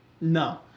No